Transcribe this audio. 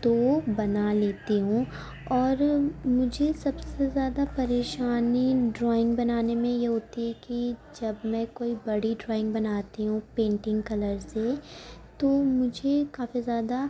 تو بنا لیتی ہوں اور مجھے سب سے زیادہ پریشانی ڈرائنگ بنانے میں یہ ہوتی ہے کہ جب میں کوئی بڑی ڈرائنگ بناتی ہوں پینٹنگ کلر سے تو مجھے کافی زیادہ